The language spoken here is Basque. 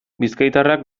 bizkaitarrak